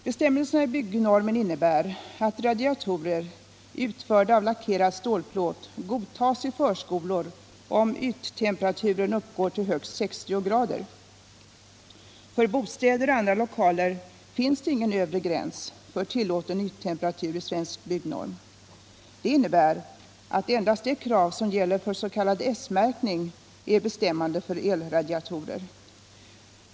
Bestämmelserna i byggnormen innebär att radiatorer, utförda av lackerad stålplåt, godtas i förskolor om yttemperaturen uppgår till högst 60 grader. För bostäder och andra lokalar finns det ingen övre gräns för tillåten yttemperatur i Svensk byggnorm. Det innebär att endast de krav som gäller för s.k. S-märkning är bestämmande för elradiatorer.